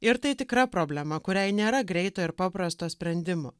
ir tai tikra problema kuriai nėra greito ir paprasto sprendimo